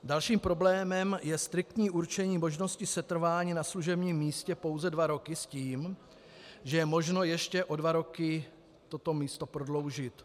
Dalším problémem je striktní určení možnosti setrvání na služebním místě pouze dva roky s tím, že je možno ještě o dva roky toto místo prodloužit.